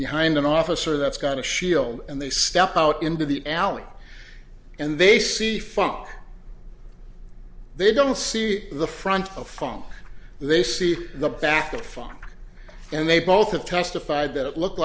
behind an officer that's got a shield and they step out into the alley and they see fuck they don't see the front of farm they see the back of funk and they both have testified that it looked